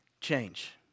change